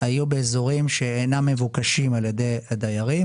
היו באזורים שאינם מבוקשים על ידי הדיירים,